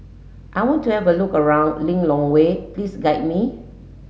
I want to have a look around Lilongwe please guide me